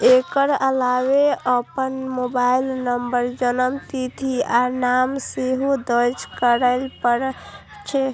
एकर अलावे अपन mobile number, जन्मतिथि आ नाम सेहो दर्ज करय पड़ै छै